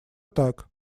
так